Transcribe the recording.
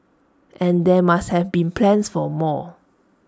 and there must have been plans for more